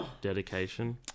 Dedication